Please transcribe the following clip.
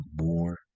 more